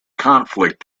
conflict